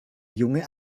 junge